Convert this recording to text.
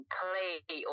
play